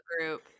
group